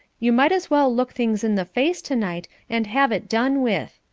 you might as well look things in the face to-night and have it done with.